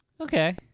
Okay